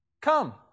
come